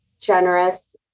generous